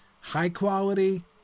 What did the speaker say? high-quality